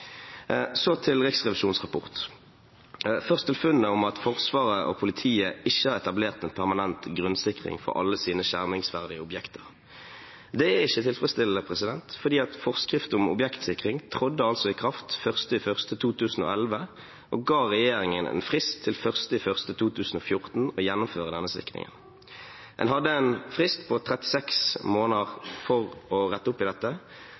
Så til Riksrevisjonens rapport: Først til funnet av at Forsvaret og politiet ikke har etablert en permanent grunnsikring for alle sine skjermingsverdige objekter. Det er ikke tilfredsstillende, for forskriften om objektsikring trådte i kraft 1. januar 2011 og ga regjeringen en frist til 1. januar 2014 for å gjennomføre denne sikringen. En hadde en frist på 36 måneder for å rette opp i dette,